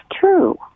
true